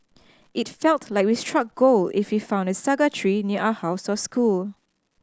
it felt like we struck gold if we found a saga tree near our house or school